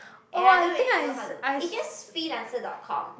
and I don't really know how to it just freelancer dot com